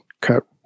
cut